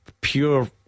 pure